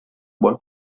buon